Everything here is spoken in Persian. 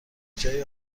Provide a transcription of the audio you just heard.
جای